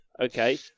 Okay